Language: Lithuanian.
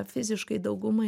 fiziškai dauguma